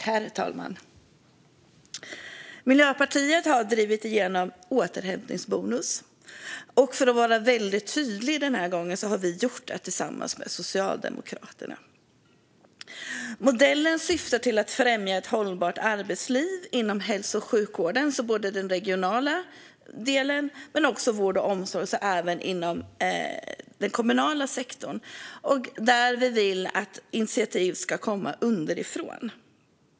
Herr talman! Vi i Miljöpartiet har drivit igenom återhämtningsbonusen, och för att vara väldigt tydlig den här gången vill jag säga att vi har gjort det tillsammans med Socialdemokraterna. Modellen syftar till att främja ett hållbart arbetsliv inom hälso och sjukvården. Detta gäller både den regionala delen och vård och omsorg - alltså även inom den kommunala sektorn. Vi vill att initiativ ska komma underifrån.